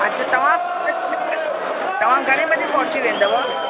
अछा तव्हां महाराज स्वामी तव्हां घणे बजे पहुची वेंदव